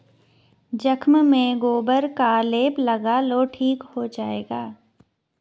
जख्म में गोबर का लेप लगा लो ठीक हो जाएगा